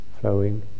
flowing